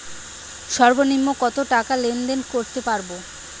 সর্বনিম্ন কত টাকা লেনদেন করতে পারবো?